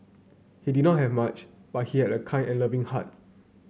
he did not have much but he had a kind and loving heart